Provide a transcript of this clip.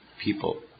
people